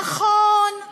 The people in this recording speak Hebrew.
נכון,